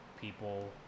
people